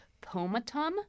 pomatum